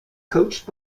coached